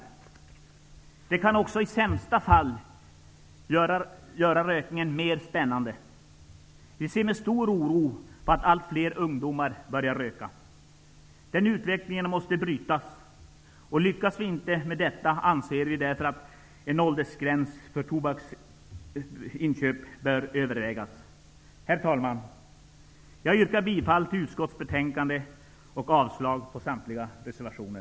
Men det kan också i sämsta fall göra rökningen mera spännande. Vi ser med stor oro på allt fler ungdomar börjar röka. Den utvecklingen måste brytas. Om vi inte lyckas med detta, anser vi att en åldersgräns för inköp av tobak bör övervägas. Herr talman! Jag yrkar bifall till utskottets hemställan och avslag på samtliga reservationer.